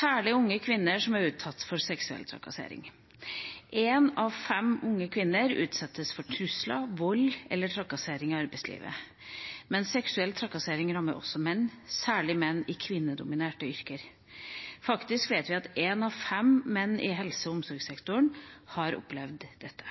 Særlig unge kvinner er utsatt for seksuell trakassering. Én av fem unge kvinner utsettes for trusler, vold eller trakassering i arbeidslivet, men seksuell trakassering rammer også menn, særlig menn i kvinnedominerte yrker. Vi vet at én av fem menn i helse- og omsorgssektoren har opplevd dette.